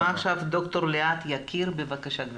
נשמע אותך עכשיו, ד"ר ליאת יקיר בבקשה.